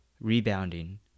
rebounding